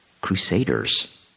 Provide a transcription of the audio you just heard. crusaders